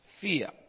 fear